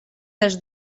dels